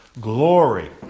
glory